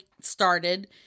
started